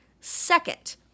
Second